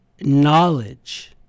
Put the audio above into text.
knowledge